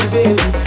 Baby